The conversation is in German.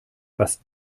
was